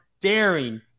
daring